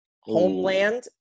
Homeland